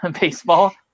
baseball